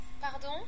pardon